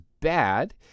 bad